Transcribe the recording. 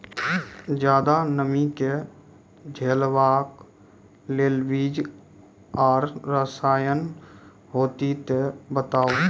ज्यादा नमी के झेलवाक लेल बीज आर रसायन होति तऽ बताऊ?